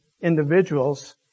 individuals